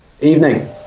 evening